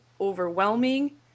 overwhelming